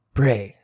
pray